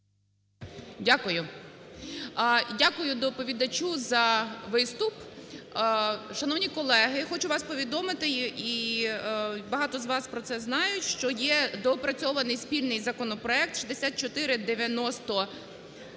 Дякую. Дякую доповідачу за виступ. Шановні колеги, я хочу вас повідомити і багато з вас про це знають, що є доопрацьований спільний законопроект 6490-д,